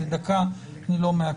רק לדקה, אני לא מעכב.